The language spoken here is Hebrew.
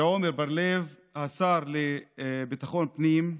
לעמר בר לב, השר לביטחון פנים,